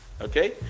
Okay